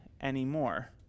anymore